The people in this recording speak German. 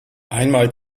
einmal